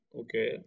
okay